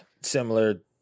similar